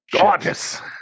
gorgeous